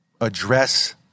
address